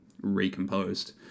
recomposed